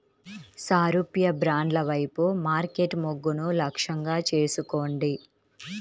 సారూప్య బ్రాండ్ల వైపు మార్కెట్ మొగ్గును లక్ష్యంగా చేసుకోండి